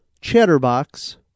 Chatterbox